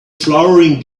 flowering